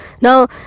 Now